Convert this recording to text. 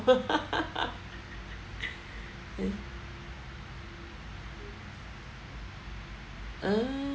uh